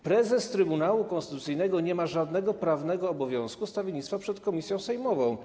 Prezes Trybunału Konstytucyjnego nie ma żadnego prawnego obowiązku stawiennictwa przed komisją sejmową.